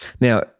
Now